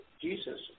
Jesus